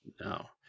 No